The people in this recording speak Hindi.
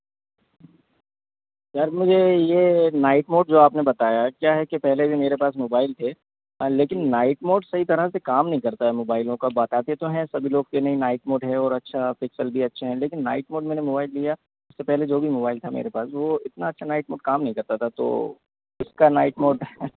यार मुझे ये नाईट मोड ये जो आपने बताया है क्या है कि पहले भी मेरे पास मोबाइल थे लेकिन नाईट मोड सही तरह से काम नहीं करता है मोबाइलों का बताते तो हैं सभी लोग के नहीं नाईट मोड है और अच्छा पिक्सल भी अच्छे हैं लेकिन नाईट मोड मैंने मोबाइल लिया इसके पहले जो भी मोबाइल था मेरे पास वो इतना अच्छा नाईट मोड काम नहीं करता था तो इसका नाईट मोड